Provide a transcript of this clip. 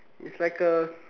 it's like a